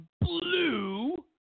blue